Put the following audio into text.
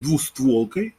двустволкой